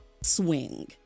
swing